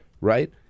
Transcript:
right